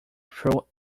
through